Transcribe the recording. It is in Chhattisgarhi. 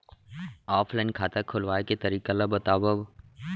ऑफलाइन खाता खोलवाय के तरीका ल बतावव?